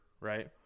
right